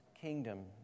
kingdom